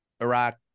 Iraq